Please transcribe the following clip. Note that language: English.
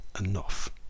enough